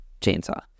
chainsaw